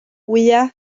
wyau